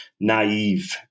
naive